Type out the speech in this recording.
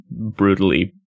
brutally